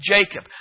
Jacob